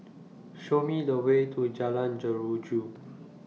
Show Me The Way to Jalan Jeruju